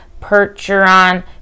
Percheron